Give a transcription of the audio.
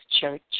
Church